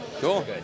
Cool